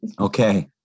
Okay